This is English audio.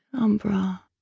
Umbra